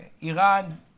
Iran